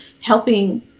helping